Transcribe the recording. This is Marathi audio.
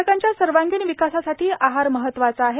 बालकांच्या सर्वांगीण विकासासाठी आहार महत्वाचा आहे